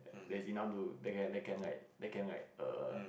there's enough to they can they can they can right err